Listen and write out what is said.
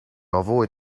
avoid